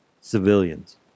civilians